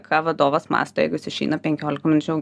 ką vadovas mąsto jeigu jis išeina penkiolika minučių